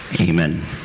Amen